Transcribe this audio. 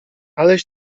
aleś